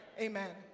amen